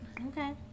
Okay